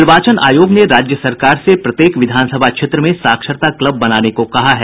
निर्वाचन आयोग ने राज्य सरकार से प्रत्येक विधान सभा क्षेत्र में साक्षरता क्लब बनाने को कहा है